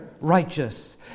righteous